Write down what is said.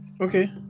Okay